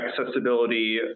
accessibility